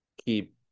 keep